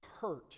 hurt